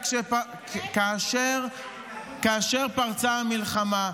כאשר פרצה המלחמה,